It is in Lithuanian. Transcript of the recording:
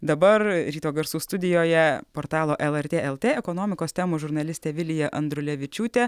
dabar ryto garsų studijoje portalo lrt lt ekonomikos temų žurnalistė vilija andrulevičiūtė